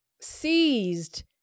seized